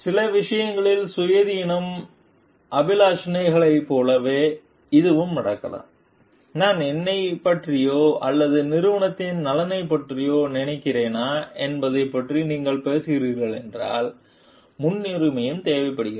சில விஷயங்களின் சுய தியாகம் அபிலாஷைகளைப் போலவே இதுவும் நடக்கலாம் நான் என்னைப் பற்றியோ அல்லது நிறுவனத்தின் நலனைப் பற்றியோ நினைக்கிறேனா என்பதைப் பற்றி நீங்கள் பேசுகிறீர்கள் என்றால் முன்னுரிமையும் தேவைப்படுகிறது